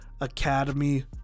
academy